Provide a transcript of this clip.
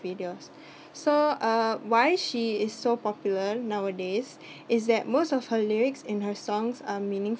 videos so uh why she is so popular nowadays is that most of her lyrics in her songs are meaningf~